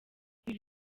ibi